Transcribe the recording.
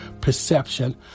perception